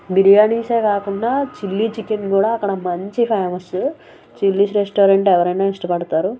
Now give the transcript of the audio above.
బిర్యానీసే కాకుండా chilli chicken కూడా అక్కడ మంచి ఫేమస్ చిల్లీ రెస్టారెంట్ ఎవరైనా ఇష్టపడతారు